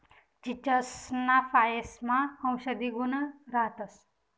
चीचसना फयेसमा औषधी गुण राहतंस